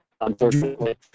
unfortunately